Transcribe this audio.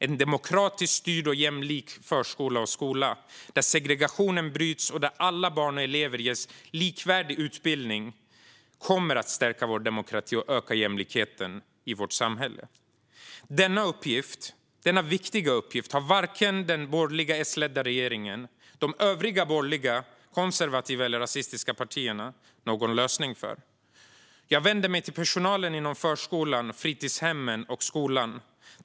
En demokratiskt styrd och jämlik förskola och skola, där segregationen bryts och där alla barn och elever ges likvärdig utbildning, kommer att stärka vår demokrati och öka jämlikheten i vårt samhälle. Denna viktiga uppgift har varken den borgerliga S-ledda regeringen eller de övriga borgerliga, konservativa eller rasistiska partierna någon lösning för. Jag vänder mig till personalen inom förskolan, fritidshemmen och skolan.